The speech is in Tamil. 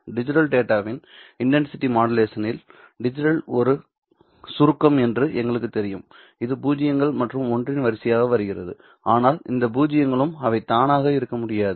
டிஜிட்டல் டேட்டாவின் இன்டன்சிடி மாடுலேஷன் இல் டிஜிட்டல் ஒரு சுருக்கம் என்று எங்களுக்குத் தெரியும் இது பூஜ்ஜியங்கள் மற்றும் ஒன்றின் வரிசையாக வருகிறது ஆனால் இந்த பூஜ்ஜியங்களும் அவை தானாக இருக்க முடியாது